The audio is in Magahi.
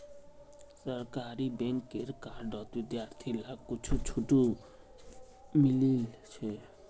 सरकारी बैंकेर कार्डत विद्यार्थि लाक कुछु छूट मिलील छ